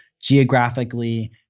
geographically